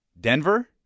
Denver